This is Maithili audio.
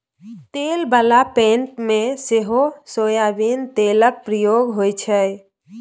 तेल बला पेंट मे सेहो सोयाबीन तेलक प्रयोग होइ छै